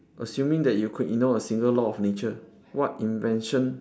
assuming that you could ignore a single law of nature what invention